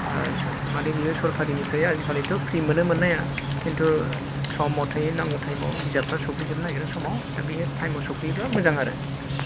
माने बेबो सरकारनिफ्राय आजिखालिथ' फ्रि मोनो मोन्नाया किन्तु सम मथे नांगौ टाइम आव बिजाबफोरा सफैजोबनो नागिरा समाव दा बेयो टाइम आव सफैयोबा मोजां आरो